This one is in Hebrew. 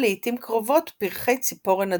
נמצא, לעיתים קרובות, פרחי צפורן אדומים.